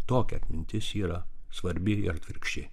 tokia atmintis yra svarbi ir atvirkščiai